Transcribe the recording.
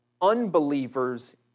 unbelievers